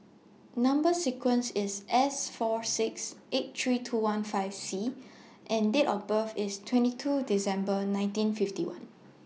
Number sequence IS S four six eight three two one five C and Date of birth IS twenty two December nineteen fifty one